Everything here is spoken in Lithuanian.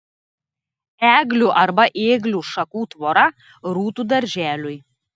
eglių arba ėglių šakų tvora rūtų darželiui